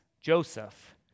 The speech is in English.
Joseph